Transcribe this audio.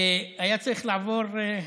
היה צריך לעבור,